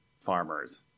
farmers